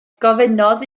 gofynnodd